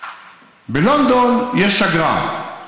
בלונדון יש אגרה,